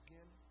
Again